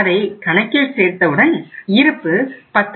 அதை கணக்கில் சேர்த்தவுடன் இருப்பு 10